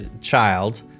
child